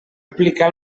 aplicar